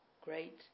great